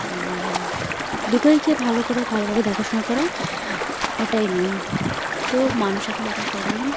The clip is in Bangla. দুটোইকে ভালো করে ভালোভাবে দেখাশোনা করায় এটাই নিয়ম তো মানুষ এখন ওটা করে না